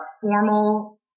formal